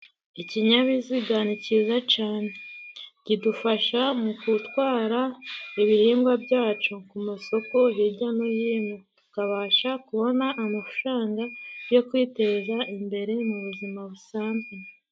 Ikinyabiziga ni cyiza cane. Kidufasha mu gutwara ibihingwa byacu ku masoko hijya no hino. Tukabasha kubona amafaranga yo kwiteza imbere mu buzima busanzwe.